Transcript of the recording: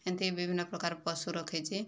ଏମିତି ବିଭିନ୍ନ ପ୍ରକାର ପଶୁ ରଖିଛି